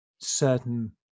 certain